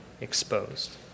exposed